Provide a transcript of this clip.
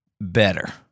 better